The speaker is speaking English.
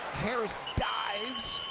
harris dives.